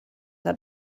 had